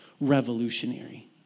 revolutionary